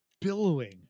billowing